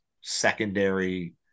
secondary